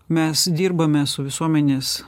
mes dirbame su visuomenės